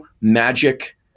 magic